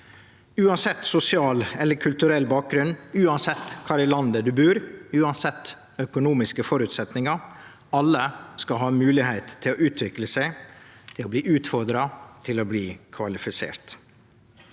Uansett sosial eller kulturell bakgrunn, uansett kvar i landet du bur, og uansett økonomiske føresetnader: Alle skal ha moglegheit til å utvikle seg, til å bli utfordra, til å bli kvalifisert.